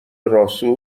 راسو